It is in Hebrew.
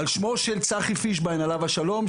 על שמו של צחי פישביין עליו השלום,